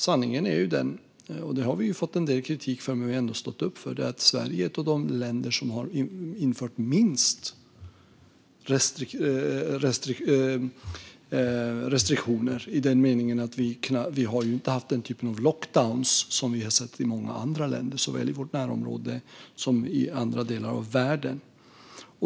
Sanningen är den - och det har vi fått en del kritik för, men ändå stått upp för - att Sverige är ett av de länder som har infört minst restriktioner. Det är i den meningen att vi inte har haft den typ av lockdowns som vi sett i många andra länder såväl i vårt närområde som i andra delar av världen.